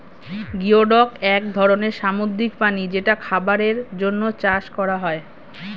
geoduck এক ধরনের সামুদ্রিক প্রাণী যেটা খাবারের জন্যে চাষ করা হয়